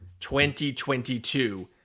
2022